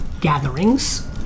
gatherings